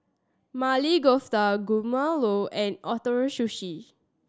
Maili Kofta Guacamole and Ootoro Sushi